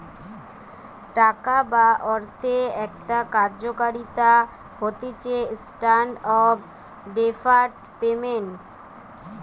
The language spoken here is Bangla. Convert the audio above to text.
টাকা বা অর্থের একটা কার্যকারিতা হতিছেস্ট্যান্ডার্ড অফ ডেফার্ড পেমেন্ট